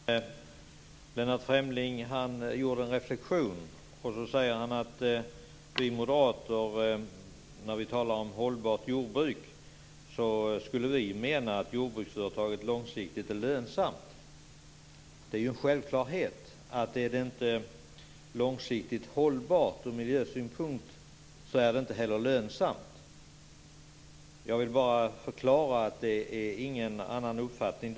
Herr talman! Lennart Fremling sade i en reflexion att vi moderater när vi talar om hållbart jordbruk skulle syfta på jordbruksföretagets långsiktiga lönsamhet. Det är en självklarhet att om det inte är långsiktigt hållbart ur miljösynpunkt, är det inte heller lönsamt. Jag vill förklara att vi därvidlag inte har någon annan uppfattning.